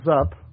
up